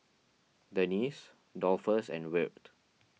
Denese Dolphus and Wirt